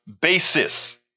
basis